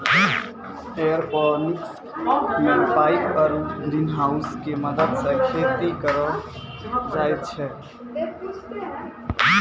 aeroponics मे pipe आरु ग्रीनहाउसो के मदत से खेती करलो जाय छै